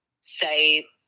say